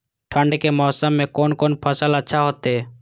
ठंड के मौसम में कोन कोन फसल अच्छा होते?